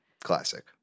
Classic